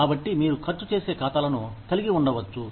కాబట్టి మీరు ఖర్చు చేసే ఖాతాలను కలిగి ఉండవచ్చు